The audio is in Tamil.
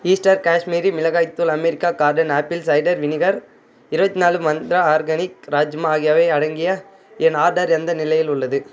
ஈஸ்டர் காஷ்மீரி மிளகாய்த் தூள் America garden apple cider vinegar இருபத்நாலு மந்த்ரா ஆர்கானிக் ராஜ்மா ஆகியவை அடங்கிய என் ஆர்டர் எந்த நிலையில் உள்ளது